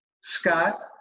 Scott